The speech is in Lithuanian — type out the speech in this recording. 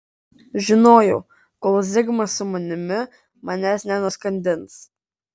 žinojau kol zigmas su manimi manęs nenuskandins